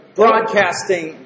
broadcasting